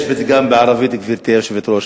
יש פתגם בערבית, גברתי היושבת-ראש.